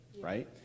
right